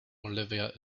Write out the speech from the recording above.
olivia